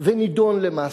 ונידון למאסר.